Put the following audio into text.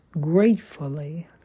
gratefully